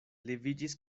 leviĝis